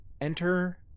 enter